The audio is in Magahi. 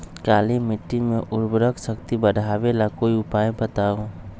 काली मिट्टी में उर्वरक शक्ति बढ़ावे ला कोई उपाय बताउ?